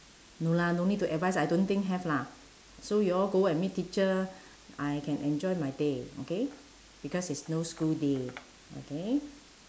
no lah no need to advise I don't think have lah so you all go and meet teacher I can enjoy my day okay because it's no school day okay